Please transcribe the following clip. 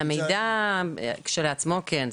למידע כשלעצמו, כן.